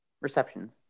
Receptions